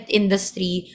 industry